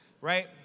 right